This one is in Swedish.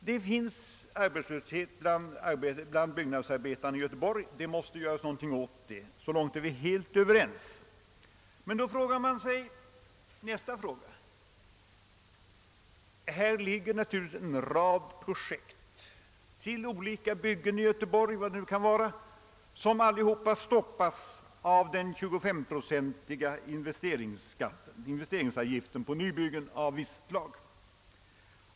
Det råder arbetslöshet bland byggnadsarbetarna i Göteborg och det måste göras något åt den — så långt är vi helt överens. Men då uppställer sig nästa fråga. Det finns naturligtvis en rad projekt avseende olika byggen i Göteborg — vad det nu kan vara — som allesammans stoppas av den 25-procentiga investeringsavgiften på nybyggen av visst slag.